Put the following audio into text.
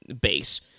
base